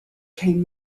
came